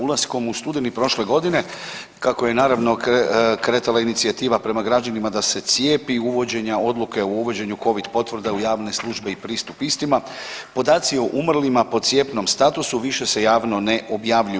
Ulaskom u studeni prošle godine kako je naravno kretala inicijativa prema građanima da se cijepi i uvođenja odluke o uvođenju Covid potvrda u javne službe i pristup istima podaci o umrlima po cijepnom statusu više se javno ne objavljuju.